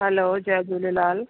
hello जय झूलेलाल